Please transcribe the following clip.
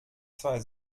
zwei